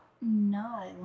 no